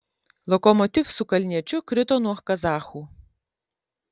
lokomotiv su kalniečiu krito nuo kazachų